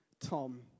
Tom